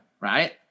right